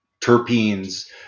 terpenes